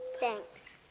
thanks.